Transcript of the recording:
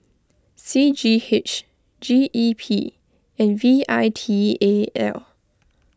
C G H G E P and V I T A L